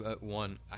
one